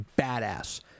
badass